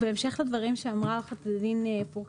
בהמשך לדברים שאמרה עו"ד פרוקצ'יה,